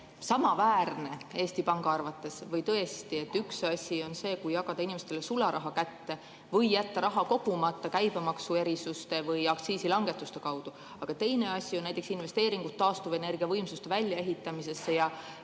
samaväärne või tõesti, üks asi on see, kui jagada inimestele sularaha kätte või jätta raha kogumata käibemaksu erisuste või aktsiisilangetuste kaudu, aga teine asi on näiteks investeeringud taastuvenergia võimsuste väljaehitamisse ja